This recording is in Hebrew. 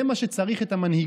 בשביל זה צריך את המנהיגות.